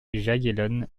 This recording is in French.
jagellonne